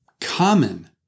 Common